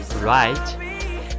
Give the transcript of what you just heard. Right